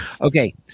Okay